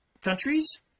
countries